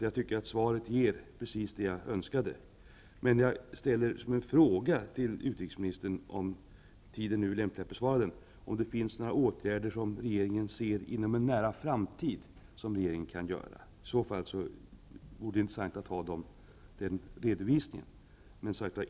Jag tycker att svaret ger precis det jag önskade. Men jag ställer en fråga till utrikesministern, om nu tiden är lämplig för att besvara den, om det är några åtgärder som regeringen inom den närmaste framtiden kan väntas vidta. I så fall vore det intressant att få en redovisning.